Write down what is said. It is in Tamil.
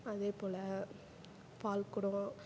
அதே போல் பால்குடம்